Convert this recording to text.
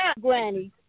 Granny